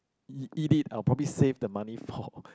eat eat it I'll probably save the money for